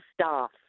staff